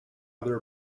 other